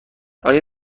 آیا